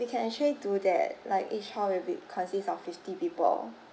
we can actually do that like each hall will be consist of fifty people